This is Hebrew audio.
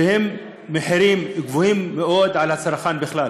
שהם מחירים גבוהים מאוד לצרכן, בכלל,